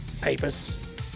papers